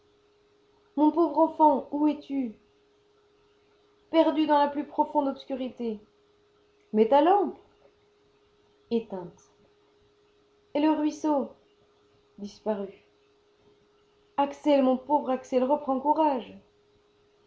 mon pauvre enfant où es-tu perdu dans la plus profonde obscurité mais ta lampe éteinte et le ruisseau disparu axel mon pauvre axel reprends courage